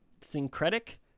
syncretic